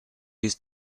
his